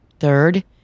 Third